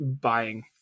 buying